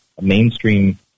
mainstream